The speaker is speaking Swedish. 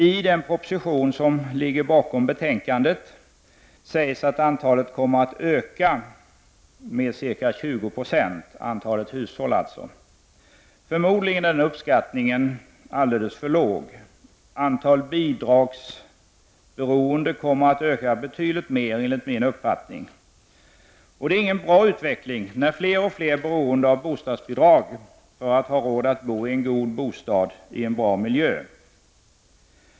I den proposition som ligger bakom betänkandet sägs att antalet sådana hushåll kommer att öka med ca 20 26. Förmodligen är den uppskattningen alldeles för låg. Antalet bidragsberoende kommer att öka betydligt mer, enligt min uppfattning. Det är ingen bra utveckling när fler och fler blir beroende av bostadsbidrag för att ha råd att bo i en god bostad i en bra miljö.